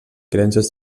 creences